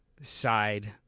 side